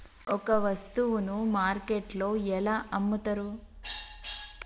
ఒక వస్తువును మార్కెట్లో ఎలా అమ్ముతరు?